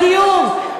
בדיור,